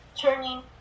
turning